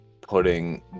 putting